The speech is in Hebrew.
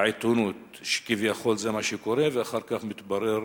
לעיתונות שכביכול זה מה שקורה, ואחר כך מתברר